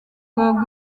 gogh